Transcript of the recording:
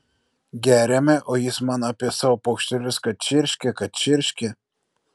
geriame o jis man apie savo paukštelius kad čirškia kad čirškia